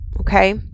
Okay